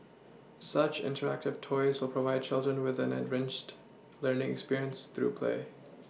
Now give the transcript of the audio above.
such interactive toys will provide children with an enriched learning experience through play